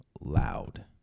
loud